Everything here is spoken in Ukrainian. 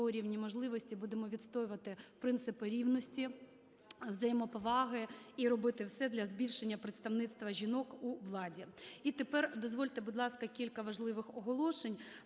"Рівні можливості", будемо відстоювати принципи рівності, взаємоповаги і робити все для збільшення представництва жінок у владі. І тепер дозвольте, будь ласка, кілька важливих оголошень.